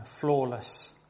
flawless